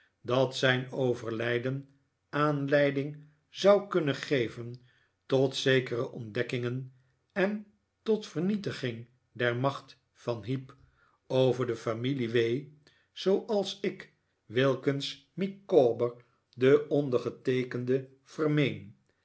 dat zijn overlijden aanleiding zou kunnen geven tot zekere ontdekkingen en tot vernietiging der macht van heep over de familie w zooals ik wilkins micawber de ondergeteekende vermeen